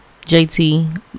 JT